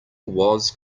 was